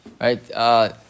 right